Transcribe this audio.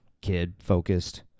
kid-focused